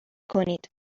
کنید